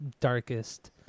darkest